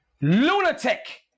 Lunatic